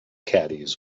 caddies